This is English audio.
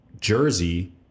jersey